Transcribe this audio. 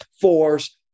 force